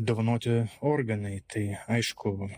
dovanoti organai tai aišku